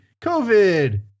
COVID